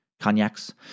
cognacs